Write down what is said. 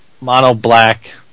mono-black